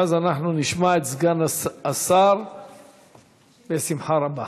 ואז אנחנו נשמע את סגן השר בשמחה רבה.